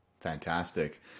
Fantastic